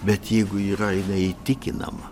bet jeigu yra jinai įtikinama